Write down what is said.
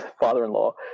father-in-law